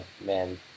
man